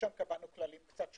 שם קבענו כללים קצת שונים,